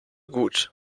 gut